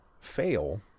fail